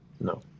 No